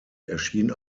erschien